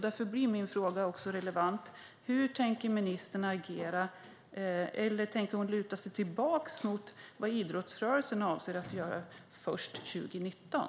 Därför blir min fråga relevant: Hur tänker ministern agera? Tänker hon luta sig tillbaka mot vad idrottsrörelsen avser att göra först 2019?